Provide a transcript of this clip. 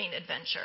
adventure